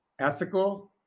Ethical